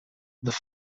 this